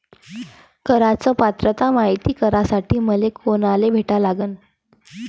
कराच पात्रता मायती करासाठी मले कोनाले भेटा लागन?